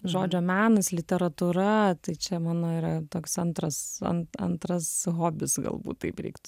žodžio menas literatūra tai čia mano yra toks antras an antras hobis galbūt taip reiktų